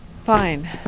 Fine